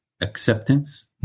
acceptance